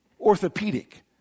orthopedic